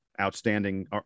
outstanding